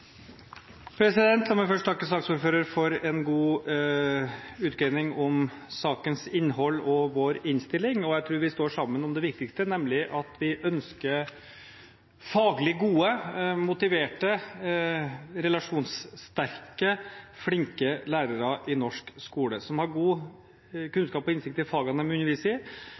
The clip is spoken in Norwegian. La meg først takke saksordføreren for en god utgreiing om sakens innhold og vår innstilling. Jeg tror vi står sammen om det viktigste, nemlig at vi ønsker faglig gode, motiverte, relasjonssterke og flinke lærere i norsk skole, som har god